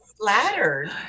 flattered